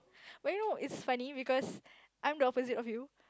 well you know it's funny because I'm the opposite of him